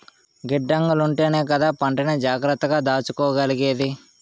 గిడ్డంగులుంటేనే కదా పంటని జాగ్రత్తగా దాసుకోగలిగేది?